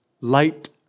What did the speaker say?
Light